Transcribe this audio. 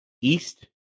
East